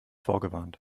vorgewarnt